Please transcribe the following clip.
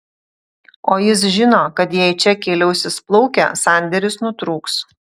o jis žino kad jei čekiai liausis plaukę sandėris nutrūks